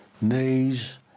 knees